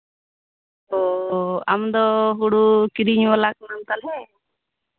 ᱚ ᱟᱢ ᱫᱚ ᱦᱩᱲᱩ ᱠᱤᱨᱤᱧ ᱵᱟᱞᱟ ᱠᱟᱱᱟᱢ ᱛᱟᱞᱦᱮ